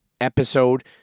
episode